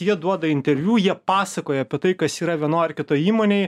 jie duoda interviu jie pasakoja apie tai kas yra vienoj ar kitoj įmonėj